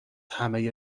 همه